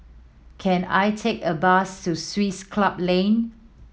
can I take a bus to Swiss Club Lane